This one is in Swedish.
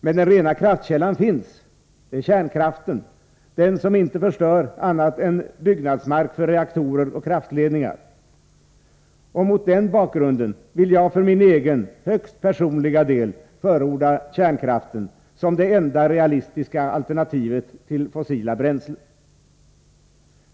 Men den rena kraftkällan finns, kärnkraften, den som inte förstör annat än byggnadsmark för reaktorer och kraftledningar. Mot den bakgrunden vill jag för min egen högst personliga del förorda kärnkraften som det enda realistiska alternativet till fossila bränslen.